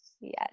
Yes